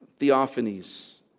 theophanies